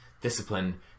discipline